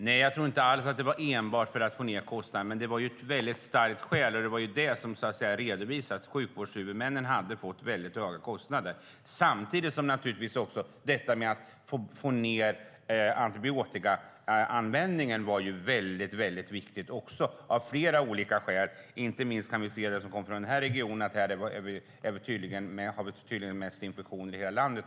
Fru talman! Nej, jag tror inte att det var enbart för att få ned kostnaden, men det var ett starkt skäl. Det redovisades att sjukvårdshuvudmännen hade fått väldigt höga kostnader. Samtidigt har det av flera skäl varit viktigt att få ned antibiotikaanvändningen. Här i Stockholmsregionen har vi tydligen mest infektioner i hela landet.